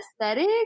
aesthetic